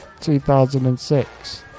2006